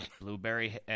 Blueberry